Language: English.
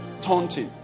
taunting